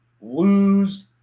lose